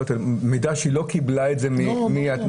וזה מידע שהיא לא קיבלה מהתושב.